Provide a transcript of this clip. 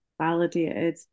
validated